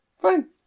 Fine